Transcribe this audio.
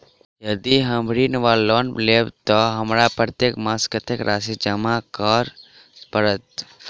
यदि हम ऋण वा लोन लेबै तऽ हमरा प्रत्येक मास कत्तेक राशि जमा करऽ पड़त?